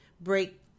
break